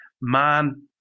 man